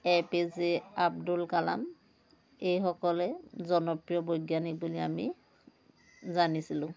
এ P J Abdul Kalam এইসকলে জনপ্ৰিয় বৈজ্ঞানিক আমি বুলি জানিছিলোঁ